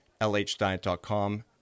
lhdiet.com